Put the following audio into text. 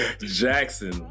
jackson